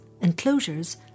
enclosures